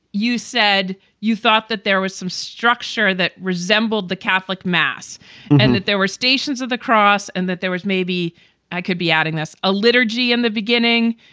you said you thought that there was some structure that resembled the catholic mass and that there were stations of the cross and that there was maybe i could be adding this a liturgy in and the beginning,